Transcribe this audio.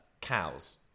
cows